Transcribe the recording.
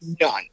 None